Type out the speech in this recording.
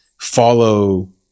follow